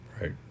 Right